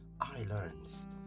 islands